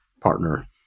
partner